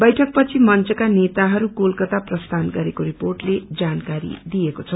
बैठक पछि मंचका नेताहरू कोलकाता प्रस्थान गरेको रिर्पोटले जानकारी दिएको छ